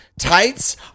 tights